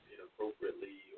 Inappropriately